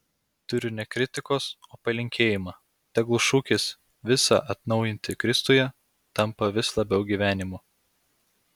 turiu ne kritikos o palinkėjimą tegul šūkis visa atnaujinti kristuje tampa vis labiau gyvenimu